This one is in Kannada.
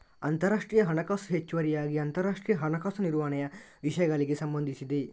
ಅಂತರರಾಷ್ಟ್ರೀಯ ಹಣಕಾಸು ಹೆಚ್ಚುವರಿಯಾಗಿ ಅಂತರರಾಷ್ಟ್ರೀಯ ಹಣಕಾಸು ನಿರ್ವಹಣೆಯ ವಿಷಯಗಳಿಗೆ ಸಂಬಂಧಿಸಿದೆ